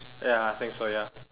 ya I think so ya